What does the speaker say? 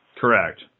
Correct